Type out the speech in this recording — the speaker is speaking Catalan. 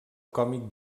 còmic